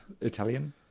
Italian